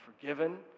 forgiven